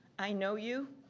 i know you,